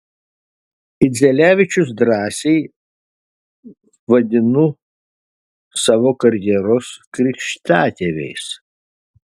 idzelevičius drąsiai vadinu savo karjeros krikštatėviais